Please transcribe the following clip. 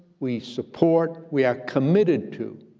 we support. we are committed to